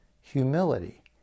humility